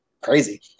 crazy